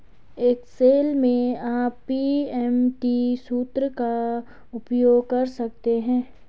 Excel में आप PMT सूत्र का उपयोग कर सकते हैं